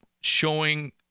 showing